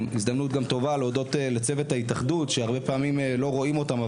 זו הזדמנות טובה להודות גם לצוות ההתאחדות שהרבה פעמים לא רואים אותם,